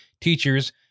teachers